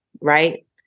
right